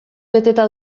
beteta